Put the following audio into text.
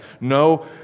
No